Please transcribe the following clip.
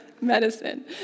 medicine